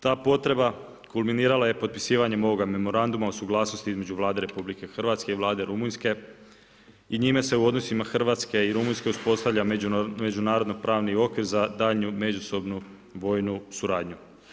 Ta potreba kulminirala je potpisivanje ovoga memoranduma, o suglasnosti između Vlade RH i Vlade Rumunjske i njime se u odnosima Hrvatske i Rumunjske uspostavlja međunarodni pravni okvir, za daljnju međusobnu vojnu suradnju.